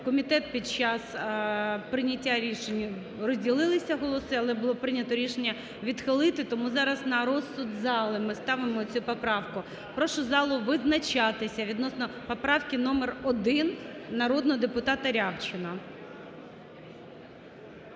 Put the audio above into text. комітет під час прийняття рішення розділилися голоси, але було прийнято рішення відхилити. Тому зараз на розсуд залу ми ставимо цю поправку. Прошу залу визначатися відносно поправки номер 1 народного депутата Рябчина.